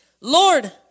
Lord